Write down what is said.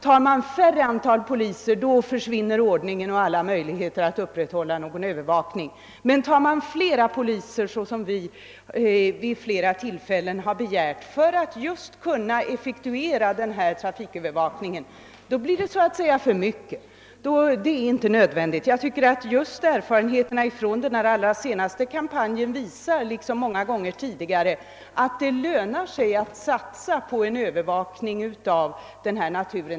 Med ett mindre antal poliser skulle ordningen och alla möjligheter att upprätthålla en tillfredsställande övervakning försvinna, och flera poliser — vilket vi vid flera tillfällen begärt för att man just skall kunna effektivisera trafikövervakningen — skulle inte vara nödvändigt; då blir de för många! Liksom många gånger tidigare har erfarenheterna av den allra senaste kampanjen visat att det lönar sig att satsa på en övervakning av denna natur.